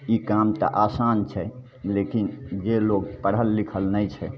ई काम तऽ आसान छै लेकिन जे लोक पढ़ल लिखल नहि छै